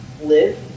Live